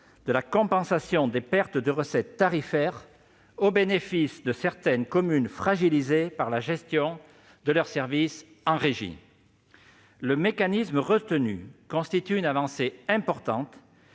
de la compensation des pertes de recettes tarifaires au bénéfice de certaines communes fragilisées par la gestion de leurs services en régie. Le mécanisme retenu constitue une avancée importante,